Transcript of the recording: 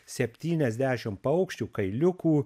septyniasdešim paukščių kailiukų